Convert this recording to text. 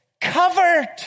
covered